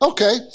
Okay